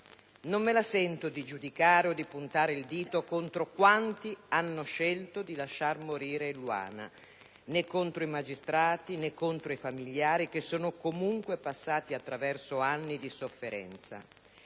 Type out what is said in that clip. Non me la sento di giudicare o di puntare il dito contro quanti hanno scelto di lasciar morire Eluana: né contro i magistrati, né contro i familiari (che sono comunque passati attraverso anni di sofferenza),